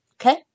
Okay